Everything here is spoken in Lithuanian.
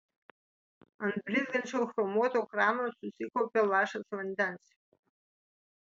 ant blizgančio chromuoto krano susikaupė lašas vandens